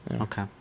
Okay